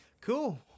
cool